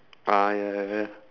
ah ya ya ya